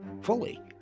fully